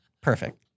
Perfect